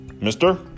mister